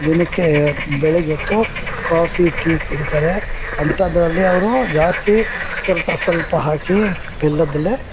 ದಿನಕ್ಕೆ ಬೆಳಗ್ಗೆ ಹೊತ್ತು ಕಾಫಿ ಟೀ ಕುಡಿತಾರೆ ಅಂಥಾದ್ರಲ್ಲಿ ಅವರು ಜಾಸ್ತಿ ಸ್ವಲ್ಪ ಸ್ವಲ್ಪ ಹಾಕಿ ಬೆಲ್ಲದಲ್ಲೇ